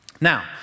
Now